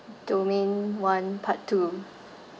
domain one part two